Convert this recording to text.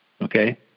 Okay